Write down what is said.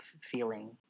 feeling